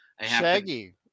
Shaggy